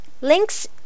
links